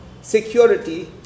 security